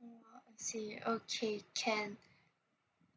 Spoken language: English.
I see okay can